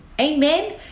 Amen